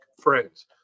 friends